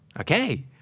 Okay